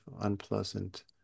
unpleasant